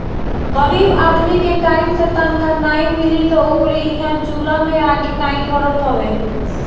गरीब आदमी के टाइम से तनखा नाइ मिली तअ ओकरी इहां चुला में आगि नाइ बरत हवे